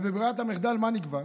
בברירת המחדל מה נקבע?